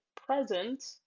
present